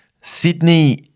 Sydney-